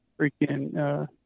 freaking